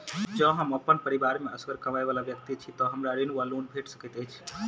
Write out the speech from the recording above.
जँ हम अप्पन परिवार मे असगर कमाई वला व्यक्ति छी तऽ हमरा ऋण वा लोन भेट सकैत अछि?